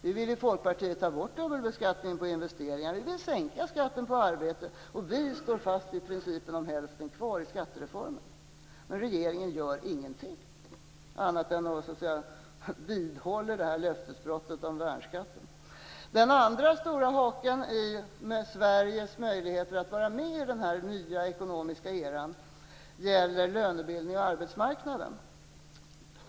Vi i Folkpartiet vill ta bort dubbelbeskattningen på investeringar, vi vill sänka skatten på arbete och vi står fast vid principen om "hälften kvar" i skattereformen. Men regeringen gör ingenting annat än att den vidhåller löftesbrottet om värnskatten. Den andra stora haken för Sveriges möjligheter att vara med i den nya ekonomiska eran gäller lönebildningen och arbetsmarknaden.